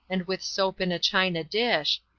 and with soap in a china dish,